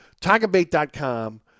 Tigerbait.com